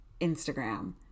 Instagram